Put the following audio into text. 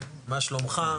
מה שלומך?